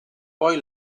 poi